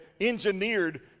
engineered